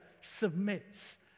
submits